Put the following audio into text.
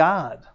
God